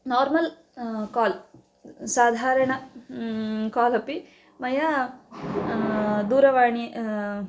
normal call साधारण call अपि मया दूरवाणी